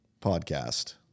podcast